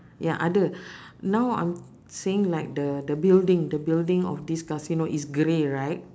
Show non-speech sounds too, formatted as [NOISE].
ya ada [BREATH] now I'm saying like the the building the building of this casino is grey right